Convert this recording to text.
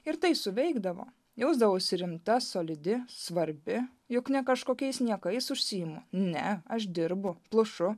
ir tai suveikdavo jausdavausi rimta solidi svarbi juk ne kažkokiais niekais užsiimu ne aš dirbu plušu